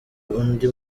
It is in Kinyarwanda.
undi